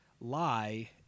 lie